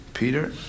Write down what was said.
Peter